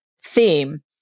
theme